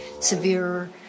severe